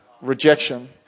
rejection